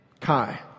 Kai